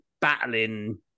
battling